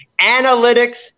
Analytics